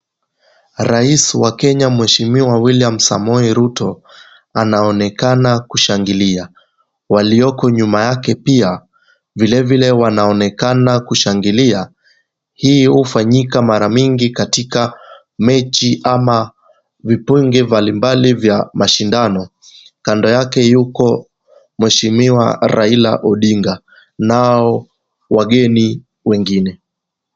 Rais wa Kenya Mheshimiwa William Samoei Ruto anaonekana kushangilia. Walioko nyuma yake pia vilevile wanaonekana kushangilia. Hii hufanyika mara mingi katika mechi ama vipindi mbalimbali ya mashindano. Kando yake yuko Mheshimiwa Raila Odinga nao wageni wengine.